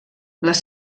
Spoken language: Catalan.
les